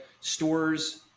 stores